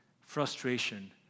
frustration